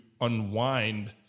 unwind